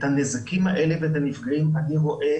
את הנזקים האלה ואת הנפגעים אני רואה